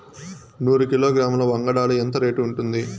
నూరు కిలోగ్రాముల వంగడాలు ఎంత రేటు ఉంటుంది?